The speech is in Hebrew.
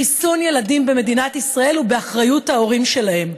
חיסון ילדים במדינת ישראל הוא באחריות ההורים שלהם,